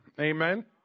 amen